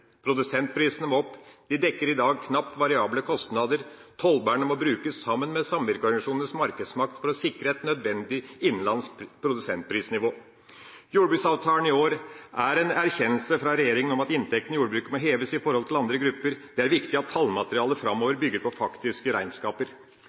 Produsentprisene må opp. De dekker i dag knapt variable kostnader. Tollvernet må brukes sammen med samvirkeorganisasjonenes markedsmakt for å sikre et nødvendig innenlands produsentprisnivå. Jordbruksavtalen i år er en erkjennelse fra regjeringa av at inntektene i jordbruket må heves i forhold til andre grupper. Det er viktig at tallmaterialet